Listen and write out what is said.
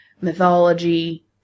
mythology